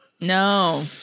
no